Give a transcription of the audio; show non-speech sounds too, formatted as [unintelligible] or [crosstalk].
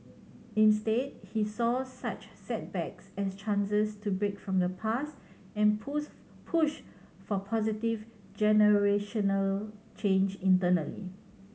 instead he saw such setbacks as chances to break from the past and [unintelligible] push for positive generational change internally